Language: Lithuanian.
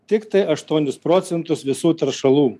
tiktai aštuonis procentus visų teršalų